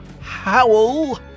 Howl